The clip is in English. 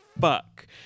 fuck